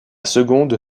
seconde